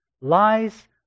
lies